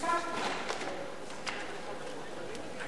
התשע"א 2011,